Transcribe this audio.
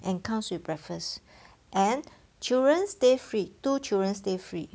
and comes with breakfast and children stay free two children stay free